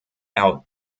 out